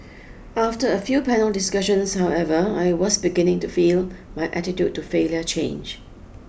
after a few panel discussions however I was beginning to feel my attitude to failure change